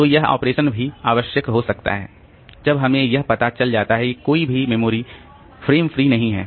तो यह ऑपरेशन भी आवश्यक हो सकता है जब हमें यह पता चल जाता है कि कोई भी मेमोरी फ्रेम फ्री नहीं है